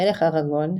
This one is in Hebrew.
מלך אראגון,